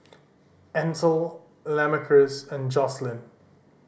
Ansel Lamarcus and Joslyn